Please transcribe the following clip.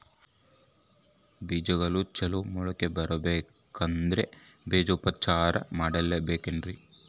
ಬೇಜಗಳು ಚಲೋ ಮೊಳಕೆ ಬರಬೇಕಂದ್ರೆ ಬೇಜೋಪಚಾರ ಮಾಡಲೆಬೇಕೆನ್ರಿ?